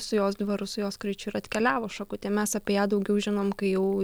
su jos dvaru su jos kraičiu ir atkeliavo šakutė mes apie ją daugiau žinom kai jau